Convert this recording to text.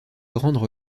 rendre